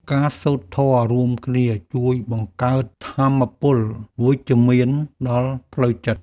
ការសូត្រធម៌រួមគ្នា ជួយបង្កើតថាមពលវិជ្ជមានដល់ផ្លូវចិត្ត។